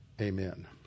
Amen